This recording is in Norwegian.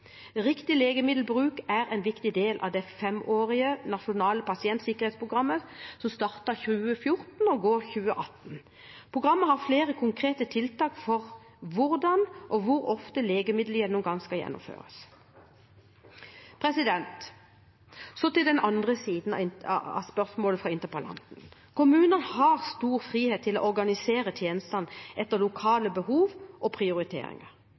Riktig legemiddelbruk er en viktig del av det femårige nasjonale pasientsikkerhetsprogrammet som startet i 2014 og gjelder ut 2018. Programmet har flere konkrete tiltak for hvordan og hvor ofte legemiddelgjennomgangen skal gjennomføres. Så til den andre siden av spørsmålet fra interpellanten. Kommunene har stor frihet til å organisere tjenestene etter lokale behov og prioriteringer.